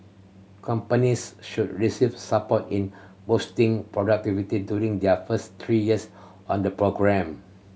companies should receive support in boosting productivity during their first three years on the programme